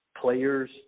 players